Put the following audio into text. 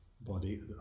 body